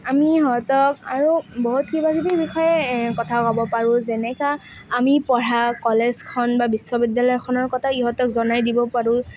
আমি ইহঁতক আৰু বহুত কিবা কিবিৰ বিষয়ে কথা ক'ব পাৰোঁ যেনেকুৱা আমি পঢ়া কলেজখন বা বিশ্ববিদ্যালয়খনৰ কথা ইহঁতক জনাই দিব পাৰোঁ